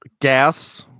Gas